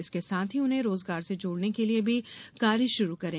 इसके साथ ही उन्हें रोजगार से जोड़ने के लिये भी कार्य शुरू करें